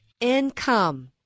income